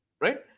right